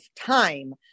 time